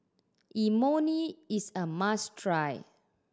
imoni is a must try